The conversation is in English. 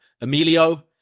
Emilio